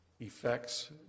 Effects